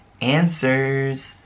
answers